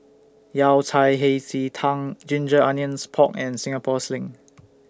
Yao Cai Hei Ji Tang Ginger Onions Pork and Singapore Sling